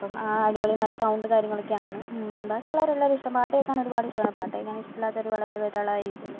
അപ്പോൾ അടിപൊളി നല്ല സൗണ്ടും കാര്യങ്ങളൊക്കെയാണ് ബാക്കിയുള്ള എല്ലാവരേയും ഇഷ്ടം പാട്ട് കേൾക്കാൻ ഒരുപാട് ഇഷ്ടമാണ് പാട്ടു കേൾക്കാൻ ഇഷ്ടമില്ലാത്തവർ വളരെ വിരളമായിരിക്കുമല്ലോ